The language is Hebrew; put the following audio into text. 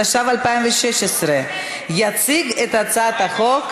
התשע"ו 2016. יציג את הצעת החוק